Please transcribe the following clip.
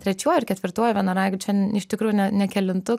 trečiuoju ar ketvirtuoju vienaragiu čia iš tikrųjų ne ne kelintu